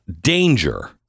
danger